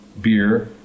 beer